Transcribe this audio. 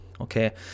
Okay